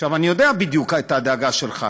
עכשיו, אני יודע בדיוק את הדאגה שלך.